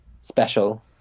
special